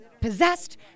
possessed